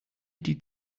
die